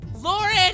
Lauren